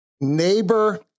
neighbor